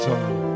Time